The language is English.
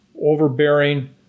overbearing